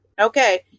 okay